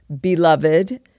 Beloved